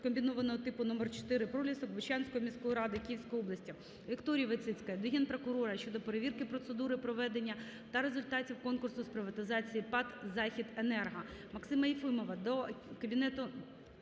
комбінованого типу №4 "Пролісок" Бучанської міської ради Київської області. Вікторії Войціцької до Генпрокурора України щодо перевірки процедури проведення та результатів конкурсу з приватизації ПАТ "Західенерго". Максима Єфімова до Комітету